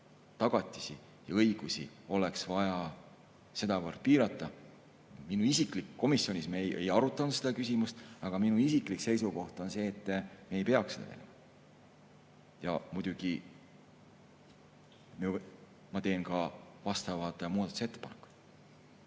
tagatisi ja õigusi oleks vaja sedavõrd piirata? Komisjonis me ei arutanud seda küsimust, aga minu isiklik seisukoht on see, et me ei peaks seda tegema. Muidugi ma teen ka vastavad muudatusettepanekud.